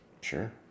sure